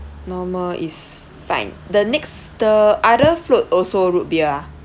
normal is fine the next the other float also root beer ah